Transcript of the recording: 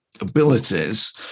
abilities